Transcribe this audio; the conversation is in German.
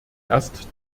erst